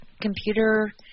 computer